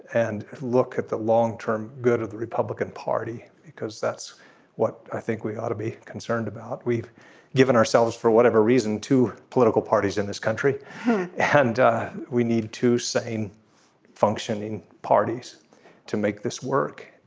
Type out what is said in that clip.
and look at the long term good of the republican party because that's what i think we ought to be concerned about. we've given given ourselves for whatever reason two political parties in this country and we need to same functioning parties to make this work.